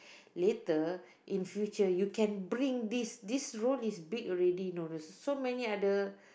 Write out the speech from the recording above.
later in future you can bring this this role is big already know so many other